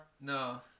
No